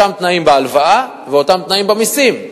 אותם תנאים בהלוואה ואותם תנאים במסים.